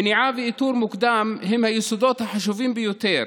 מניעה ואיתור מוקדם הם היסודות החשובים ביותר